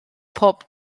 pob